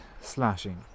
Slashing